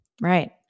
Right